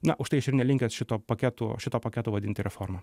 nauž tai aš ir nelinkęs šito paketu šito paketo vadinti reforma